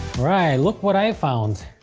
alright, look what i found!